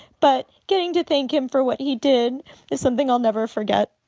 but getting to thank him for what he did is something i'll never forget